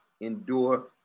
endure